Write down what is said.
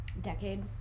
Decade